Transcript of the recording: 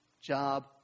job